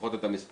לפחות את המספר